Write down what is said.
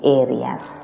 areas